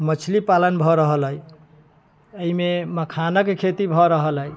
मछली पालन भऽ रहल अछि एहिमे मखानक खेती भऽ रहल अछि